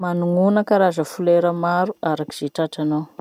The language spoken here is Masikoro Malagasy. Manognona karaza fleurs maro araky ze tratranao.